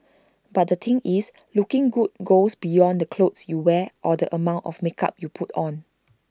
but the thing is looking good goes beyond the clothes you wear or the amount of makeup you put on